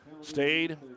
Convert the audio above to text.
stayed